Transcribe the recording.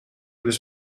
was